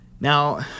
now